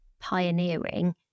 pioneering